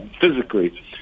physically